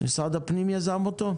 משרד הפנים יזם אותו?